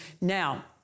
Now